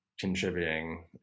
contributing